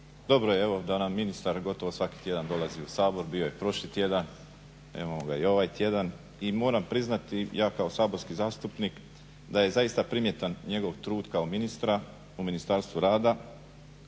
Dobro je, evo da nam ministar gotovo svaki tjedan dolazi u Sabor. Bio je prošli tjedan, evo imamo ga i ovaj tjedan i moram priznati i ja kao saborski zastupnik da je zaista primjetan njegov trud kao ministar u Ministarstvu rada